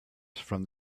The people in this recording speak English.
from